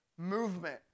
Movement